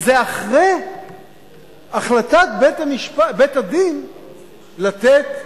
וזה אחרי החלטת בית-הדין לתת,